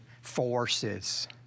forces